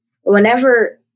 whenever